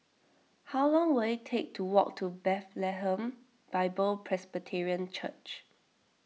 how long will it take to walk to Bethlehem Bible Presbyterian Church